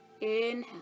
inhale